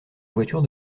voiture